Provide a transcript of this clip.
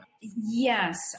Yes